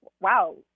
wow